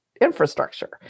infrastructure